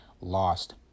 lost